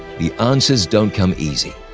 the answers don't come easy.